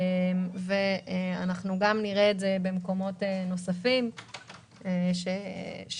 אנחנו נראה את זה גם במקומות נוספים שדיברתם